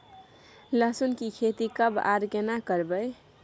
लहसुन की खेती कब आर केना करबै?